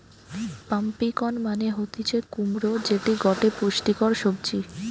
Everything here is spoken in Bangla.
পাম্পিকন মানে হতিছে কুমড়ো যেটি গটে পুষ্টিকর সবজি